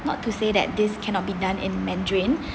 not to say that this cannot be done in mandarin